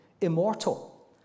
immortal